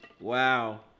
Wow